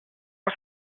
was